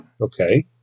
Okay